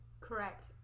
Correct